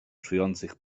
czujących